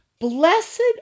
Blessed